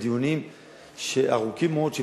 לדיונים ארוכים מאוד,